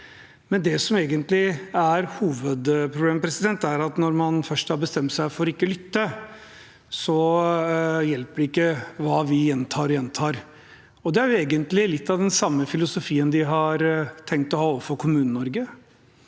Det som egentlig er hovedproblemet, er at når man først har bestemt seg for ikke å lytte, hjelper det ikke hva vi gjentar. Det er egentlig litt av den samme filosofien man har tenkt å ha overfor Kommune-Norge.